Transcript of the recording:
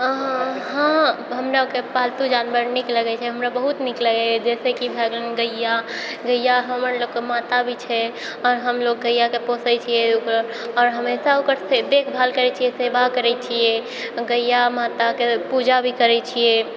अहऽ हाँ हमरोके पालतू जानवर नीक लगै छै हमरा बहुत नीक लगैए जैसे कि भए गेल गैया गैया हमर लोकके माता भी छै आओर हम लोग गैयाके पोसै भी छियै ओकर आओर हमेशा ओकर से देखभाल करै छियै सेवा करै छियै गैया माताके पूजा भी करै छियै